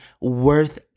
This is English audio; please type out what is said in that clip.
worth